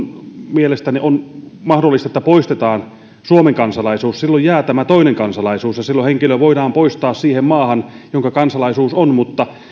mielestäni on mahdollista että poistetaan suomen kansalaisuus silloin jää tämä toinen kansalaisuus ja silloin henkilö voidaan poistaa siihen maahan jonka kansalaisuus on mutta